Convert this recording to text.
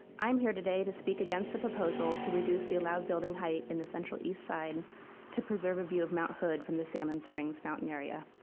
i am here today to speak against the proposal to reduce the allowed building height in the central east side to preserve a view of mount hood from the salmon springs fountain area.